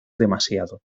demasiado